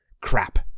Crap